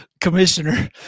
commissioner